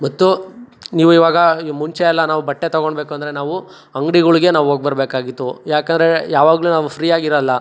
ಮತ್ತು ನೀವು ಇವಾಗ ಈ ಮುಂಚೆಯೆಲ್ಲ ನಾವು ಬಟ್ಟೆ ತೊಗೋಳ್ಬೇಕು ಅಂದರೆ ನಾವು ಅಂಗ್ಡಿಗಳಿಗೆ ನಾವು ಹೋಗ್ಬರ್ಬೇಕಾಗಿತ್ತು ಯಾಕೆಂದ್ರೆ ಯಾವಾಗಲು ನಾವು ಫ್ರೀಯಾಗಿ ಇರೋಲ್ಲ